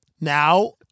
now